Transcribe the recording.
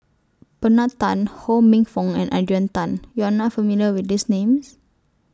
Bernard Tan Ho Minfong and Adrian Tan YOU Are not familiar with These Names